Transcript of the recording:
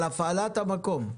אלא על הפעלה במקום.